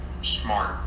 smart